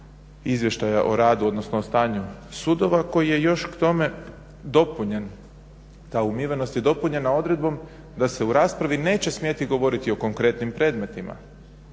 izvještaja o radu, odnosno o stanju sudova koji je još k tome dopunjen, ta umivenost je dopunjena odredbom da se u raspravi neće smjeti govoriti o konkretnim predmetima,